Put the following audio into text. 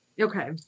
okay